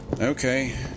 Okay